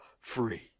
free